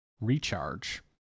Recharge